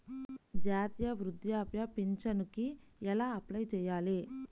జాతీయ వృద్ధాప్య పింఛనుకి ఎలా అప్లై చేయాలి?